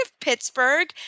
Pittsburgh